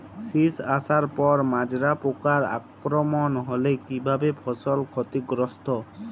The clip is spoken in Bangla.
শীষ আসার পর মাজরা পোকার আক্রমণ হলে কী ভাবে ফসল ক্ষতিগ্রস্ত?